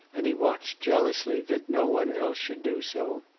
and he watched jealously that no one else should do so.